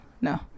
no